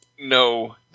No